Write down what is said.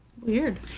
Weird